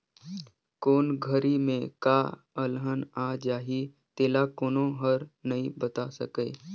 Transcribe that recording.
कोन घरी में का अलहन आ जाही तेला कोनो हर नइ बता सकय